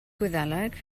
gwyddeleg